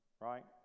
right